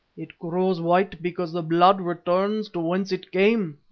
it grows white because the blood returns to whence it came,